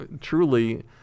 truly